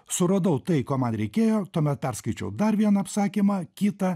suradau tai ko man reikėjo tuomet perskaičiau dar vieną apsakymą kitą